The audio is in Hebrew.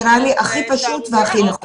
נראה לי שזה הכי פשוט והכי נכון.